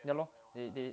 ya lor they they